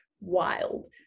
wild